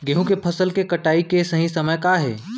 गेहूँ के फसल के कटाई के सही समय का हे?